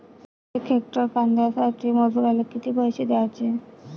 यक हेक्टर कांद्यासाठी मजूराले किती पैसे द्याचे?